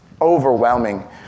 overwhelming